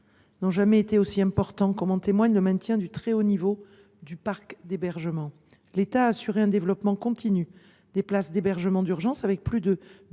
n’ont jamais été aussi importants, comme en témoigne le maintien du très haut niveau du parc d’hébergement. L’État a assuré un développement continu des places d’hébergement d’urgence, avec